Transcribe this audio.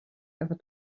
ever